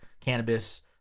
cannabis